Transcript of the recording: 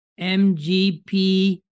MGP